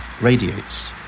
radiates